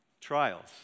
trials